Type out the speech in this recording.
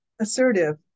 assertive